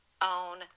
own